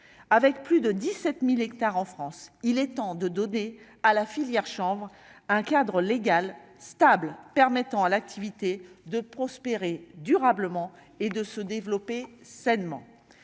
avec plus de 17000 hectares en France, il est temps de donner à la filière chambre un cadre légal stable permettant à l'activité de prospérer durablement et de se développer sainement,